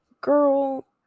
girl